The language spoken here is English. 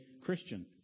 Christian